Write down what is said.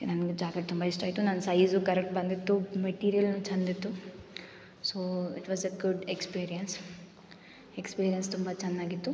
ನಂಗೆ ಜಾಕೆಟ್ ತುಂಬ ಇಷ್ಟ ಆಯಿತು ನನ್ನ ಸೈಜ್ ಕರೆಕ್ಟ್ ಬಂದಿತ್ತು ಮೆಟೀರಿಯಲ್ ಚಂದ ಇತ್ತು so it was a good experience experience ತುಂಬ ಚೆನ್ನಾಗಿತ್ತು